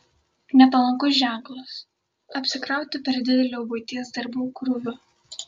nepalankus ženklas apsikrauti per dideliu buities darbų krūviu